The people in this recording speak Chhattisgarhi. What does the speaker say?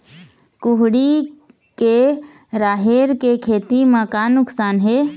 कुहड़ी के राहेर के खेती म का नुकसान हे?